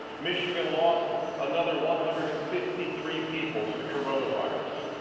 michigan lost another one hundred and fifty three people to the coronavirus.